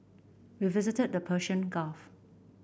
we visited the Persian Gulf